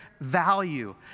value